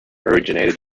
originated